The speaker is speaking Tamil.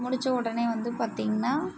முடித்த உடனே வந்து பார்த்திங்கன்னா